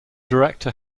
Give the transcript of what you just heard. director